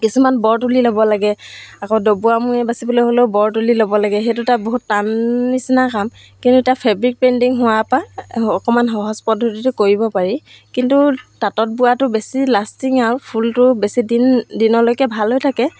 কিছুমান বৰ তুলি ল'ব লাগে আকৌ ডবোৱা মূএ বাচিবলৈ হ'লেও বৰ তুলি ল'ব লাগে সেইটো এটা বহুত টান নিচিনা কাম কিন্তু এতিয়া ফেব্ৰিক পেইন্টিং হোৱাৰ পৰা অকণমান সহজ পদ্ধতিতো কৰিব পাৰি কিন্তু তাঁতত বোৱাটো বেছি লাষ্টিং আৰু ফুলটো বেছি দিন দিনলৈকে ভাল হৈ থাকে